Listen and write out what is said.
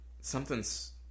Something's